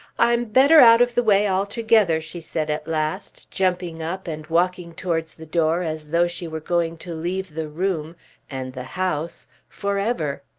i'm better out of the way altogether, she said at last, jumping up and walking towards the door as though she were going to leave the room and the house, for ever.